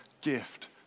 gift